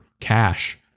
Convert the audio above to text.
cash